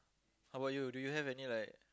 how about you do you have any like